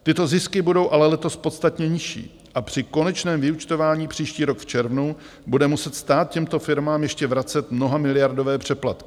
Tyto zisky budou ale letos podstatně nižší a při konečném vyúčtování příští rok v červnu bude muset stát těmto firmám ještě vracet mnohamiliardové přeplatky.